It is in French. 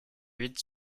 vite